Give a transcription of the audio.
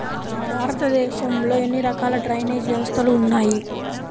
భారతదేశంలో ఎన్ని రకాల డ్రైనేజ్ వ్యవస్థలు ఉన్నాయి?